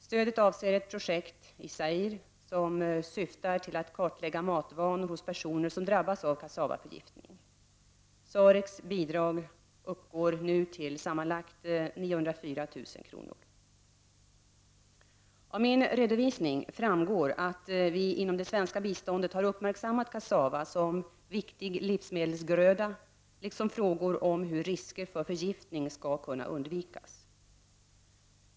Stödet avser ett projekt i Zaire som syftar till att kartlägga matvanor hos personer som drabbas av kassavaförgiftning. SAREC:s bidrag uppgår nu till sammanlagt 904 000 kr. Av min redovisning framgår det att vi inom det svenska biståndet har uppmärksammat kassava som en viktig livsmedelsgröda liksom frågor om hur risker för förgiftning skall kunna undvikas.